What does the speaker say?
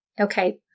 Okay